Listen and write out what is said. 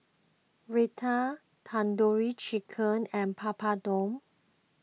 Raita Tandoori Chicken and Papadum